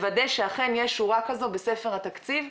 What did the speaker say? לוודא שאכן יש שורה כזאת בספר התקציב,